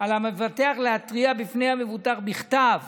על המבטח להתריע בפני המבוטח בכתב